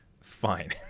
fine